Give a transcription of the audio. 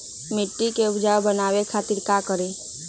मिट्टी के उपजाऊ बनावे खातिर का करी?